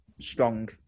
strong